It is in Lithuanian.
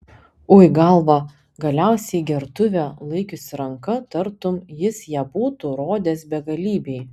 ui galva galiausiai gertuvę laikiusi ranka tartum jis ją būtų rodęs begalybei